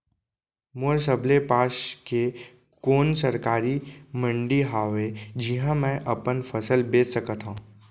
मोर सबले पास के कोन सरकारी मंडी हावे जिहां मैं अपन फसल बेच सकथव?